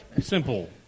Simple